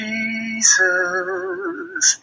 Jesus